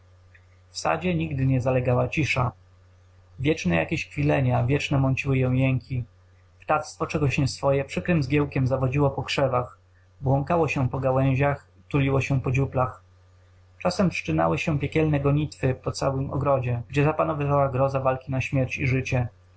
sadzie nigdy nie zalegała cisza wieczne jakieś kwilenia wieczne mąciły ją jęki ptactwo czegoś nieswoje przykrym zgiełkiem zawodziło po krzewach błąkało się po gałęziach tuliło po dziupłach czasem wszczynały się piekielne gonitwy po całym ogrodzie gdzie zapanowywała groza walki na śmierć i życie